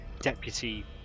deputy